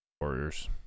Warriors